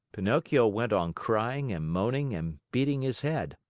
pinocchio went on crying and moaning and beating his head.